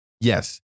Yes